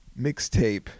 mixtape